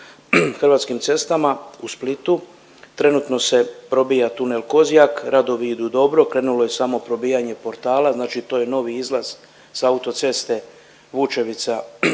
Hrvatskim cestama u Splitu, trenutno se probija Tunel Kozjak, radovi idu dobro, krenulo je samo probijanje portala znači to je novi izlaz sa autoceste Vučevica